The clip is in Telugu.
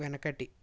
వెనకటి